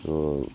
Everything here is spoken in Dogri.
तो